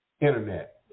Internet